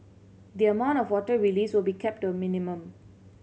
the amount of water released will be kept to a minimum